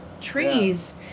trees